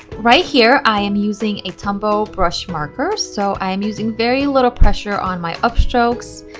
right here i am using a tumbow brush marker so i'm using very little pressure on my up strokes,